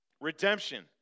Redemption